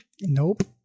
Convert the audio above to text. Nope